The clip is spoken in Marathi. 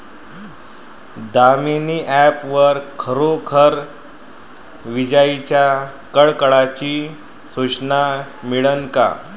दामीनी ॲप वर खरोखर विजाइच्या कडकडाटाची सूचना मिळन का?